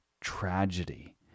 tragedy